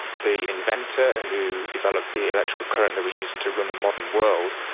the inventor who developed the electrical current that we use to run the modern world,